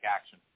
action